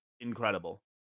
incredible